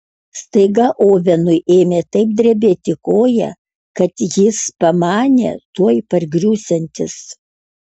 staiga ovenui ėmė taip drebėti koja kad jis pamanė tuoj pargriūsiantis